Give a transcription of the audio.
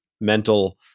mental